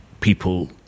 people